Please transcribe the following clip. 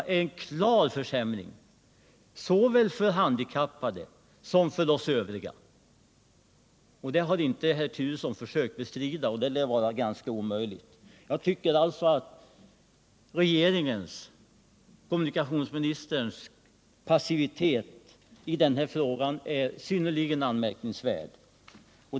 Detta innebär en klar försämring för såväl de handikappade som för oss övriga. Herr Turesson har inte försökt bestrida det, och det lär f. ö. vara ganska omöjligt. Jag tycker alltså att regeringens och kommunikationsministerns passivitet i denna fråga är synnerligen anmärkningsvärd.